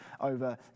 over